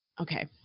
Okay